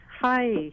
hi